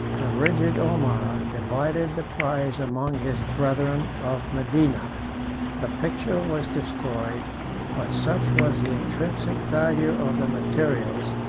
the rigid omar divided the prize among his brethren of medina the picture was destroyed but such was the intrinsic value of the materials,